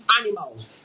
animals